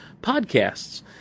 podcasts